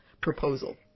proposal